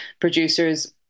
producers